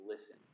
listen